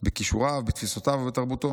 בכישוריו, בתפיסותיו ובתרבותו.